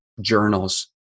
journals